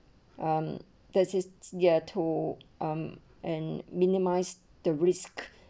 um there's this ya to um and minimize the risk